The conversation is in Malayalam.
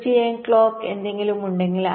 തീർച്ചയായും ക്ലോക്ക് എന്തെങ്കിലും ഉണ്ടെങ്കിൽ